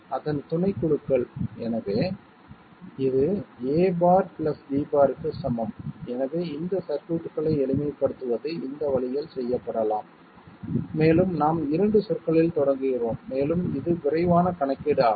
அதன் துணைக்குழுக்கள் எனவே இது a' b' க்கு சமம் எனவே இந்த சர்க்யூட்களை எளிமைப்படுத்துவது இந்த வழியில் செய்யப்படலாம் மேலும் நாம் 2 சொற்களில் தொடங்குகிறோம் மேலும் இது விரைவான கணக்கீடு ஆகும்